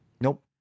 Nope